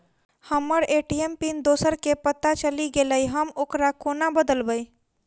हम्मर ATM PIN दोसर केँ पत्ता चलि गेलै, हम ओकरा कोना बदलबै?